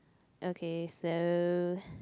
okay so